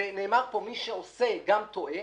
נאמר פה: מי שעושה גם טועה.